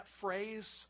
phrase